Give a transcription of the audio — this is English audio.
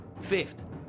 Fifth